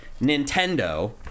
Nintendo